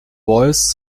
voice